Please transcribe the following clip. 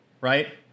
right